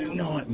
no, and